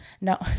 No